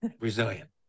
resilient